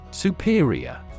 Superior